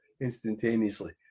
instantaneously